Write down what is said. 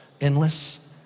Endless